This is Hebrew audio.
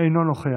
אינו נוכח,